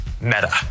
meta